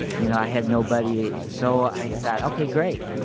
you know, i had nobody. so, i thought, ok, great.